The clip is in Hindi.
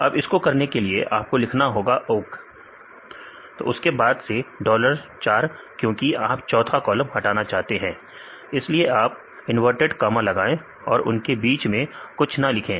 अब इसको करने के लिए आपको लिखना होगा ओक तो उसके बाद से डॉलर 4 क्योंकि आप चौथा कॉलम हटाना चाहते हैं इसलिए आप इनवर्टेड कामा लगाएं और उनके बीच में कुछ ना लिखें